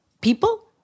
people